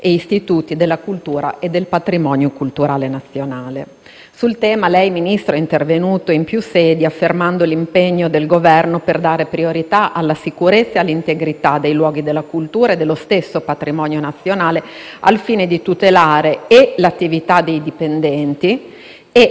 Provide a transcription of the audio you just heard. Sul tema lei, signor Ministro, è intervenuto in più sedi, affermando l'impegno del Governo per dare priorità alla sicurezza e all'integrità dei luoghi della cultura e dello stesso patrimonio nazionale, al fine di tutelare l'attività dei dipendenti e garantire ai visitatori una fruizione priva di rischi.